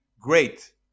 great